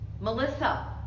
Melissa